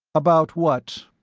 about what?